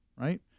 right